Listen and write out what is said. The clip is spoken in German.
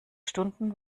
stunden